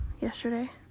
yesterday